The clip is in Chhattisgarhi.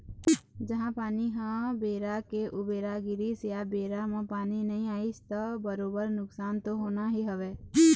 जिहाँ पानी ह बेरा के उबेरा गिरिस या बेरा म पानी नइ आइस त बरोबर नुकसान तो होना ही हवय